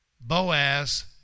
Boaz